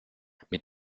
mit